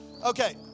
Okay